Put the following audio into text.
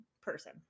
Person